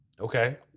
Okay